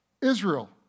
Israel